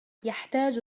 يحتاج